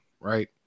right